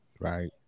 Right